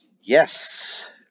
Yes